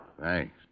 thanks